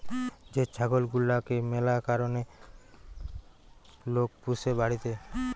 যে ছাগল গুলাকে ম্যালা কারণে লোক পুষে বাড়িতে